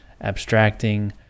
abstracting